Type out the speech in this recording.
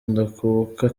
ndakuka